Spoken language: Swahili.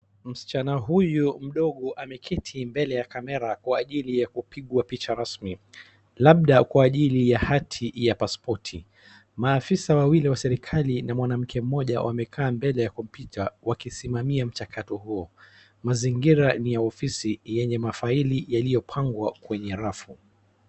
Msichana huyu mdogo ameketi mbele ya camera kwa ajili ya kupigwa picha rasmi labda kwa ajili ya hati ya pasipoti. Maafisa wawili wa serikali na mwanamke mmoja wamekaa mbele ya kompyuta wakisimamia mchakato huo. Mazingira ni ya ofisi yenye mafile yaliyopangwa kwenye rafu.